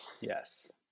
yes